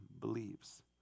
believes